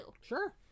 Sure